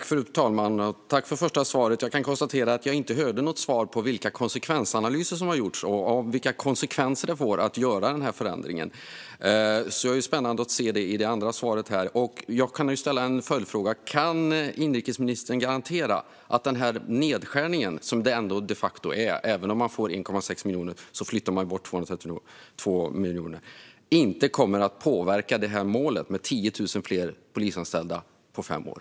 Fru talman! Tack för det första svaret! Jag kan konstatera att jag inte hörde något svar om vilka analyser som har gjorts av vilka konsekvenser det får att göra förändringen. Jag är spänd över att få höra det i det andra svaret. Jag kan ställa en följdfråga. Även om man får 1,6 miljarder flyttas 232 miljoner bort. Kan inrikesministern garantera att den nedskärning som det de facto är inte kommer att påverka målet om 10 000 fler polisanställda på fem år?